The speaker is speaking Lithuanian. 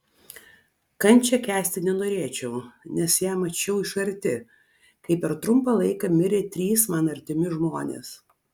kančią kęsti nenorėčiau nes ją mačiau iš arti kai per trumpą laiką mirė trys man artimi žmonės